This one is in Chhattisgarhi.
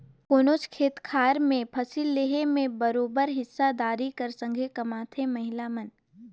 कोनोच खेत खाएर में फसिल लेहे में बरोबेर हिस्सादारी कर संघे कमाथें महिला मन